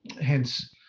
hence